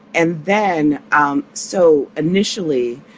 and then um so initially,